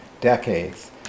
decades